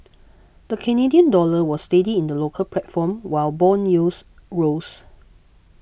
the Canadian dollar was steady in the local platform while bond yields rose